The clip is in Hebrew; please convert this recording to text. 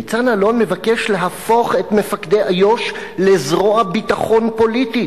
ניצן אלון מבקש להפוך את מפקדי איו"ש לזרוע ביטחון פוליטית.